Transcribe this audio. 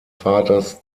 vaters